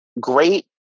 great